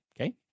okay